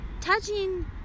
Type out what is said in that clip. Touching